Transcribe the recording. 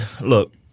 look